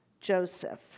Joseph